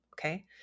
Okay